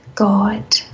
God